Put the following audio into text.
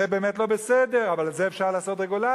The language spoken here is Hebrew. זה באמת לא בסדר, אבל על זה אפשר לעשות רגולציה.